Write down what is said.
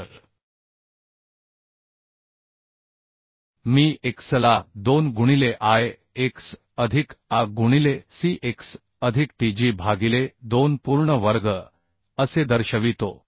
तर मी x ला 2 गुणिले I x अधिक A गुणिले C x अधिक t g भागिले 2 पूर्ण वर्ग असे दर्शवितो